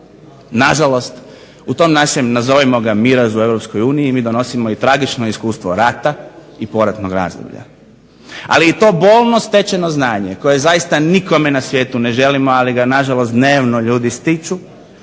Na žalost, u tom našem nazovimo ga mirazu Europskoj uniji mi donosimo tragično iskustvo rata i poratnog razdoblja, ali i to bolno stečeno znanje koje zaista nikome na svijetu ne želimo ali ga na žalost dnevno ljudi stiču